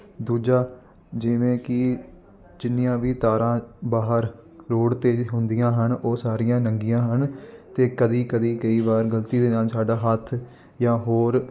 ਦੂਜਾ ਜਿਵੇਂ ਕਿ ਜਿੰਨੀਆਂ ਵੀ ਤਾਰਾਂ ਬਾਹਰ ਰੋਡ 'ਤੇ ਹੁੰਦੀਆਂ ਹਨ ਉਹ ਸਾਰੀਆਂ ਨੰਗੀਆਂ ਹਨ ਅਤੇ ਕਦੀ ਕਦੀ ਕਈ ਵਾਰ ਗਲਤੀ ਦੇ ਨਾਲ ਸਾਡਾ ਹੱਥ ਜਾਂ ਹੋਰ